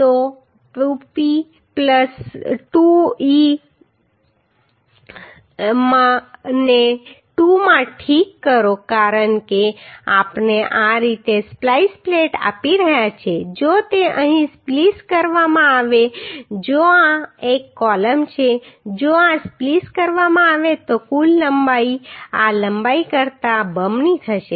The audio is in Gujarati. તો 2P 2e ને 2 માં ઠીક કરો કારણ કે આપણે આ રીતે સ્પ્લાઈસ પ્લેટ આપી રહ્યા છીએ જો તે અહીં સ્પ્લીસ કરવામાં આવે જો આ એક કોલમ છે જો આ સ્પ્લીસ કરવામાં આવે તો કુલ લંબાઈ આ લંબાઈ કરતા બમણી થશે